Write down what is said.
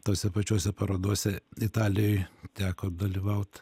tose pačiose parodose italijoj teko dalyvaut